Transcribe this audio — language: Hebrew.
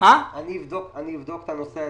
אני אבדוק את הנושא הזה.